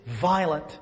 violent